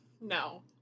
No